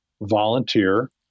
volunteer